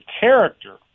character